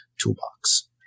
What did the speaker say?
toolbox